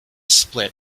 split